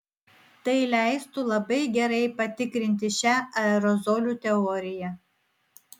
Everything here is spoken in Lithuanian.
tai leistų labai gerai patikrinti šią aerozolių teoriją